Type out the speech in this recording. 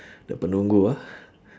the penunggu ah